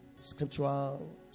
scriptural